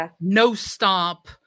no-stop